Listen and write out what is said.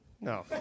No